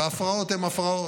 וההפרעות הן הפרעות.